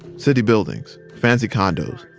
city buildings, fancy condos.